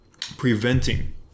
preventing